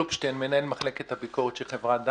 מנהל מחלקת הביקורת של חברת "דן".